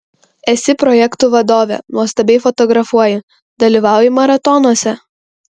esi projektų vadovė nuostabiai fotografuoji dalyvauji maratonuose